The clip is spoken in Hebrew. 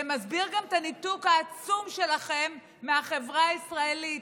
זה מסביר גם את הניתוק העצום שלכם מהחברה הישראלית.